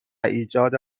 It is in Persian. ایجاد